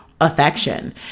affection